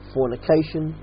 fornication